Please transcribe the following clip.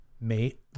mate